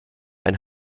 ein